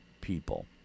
people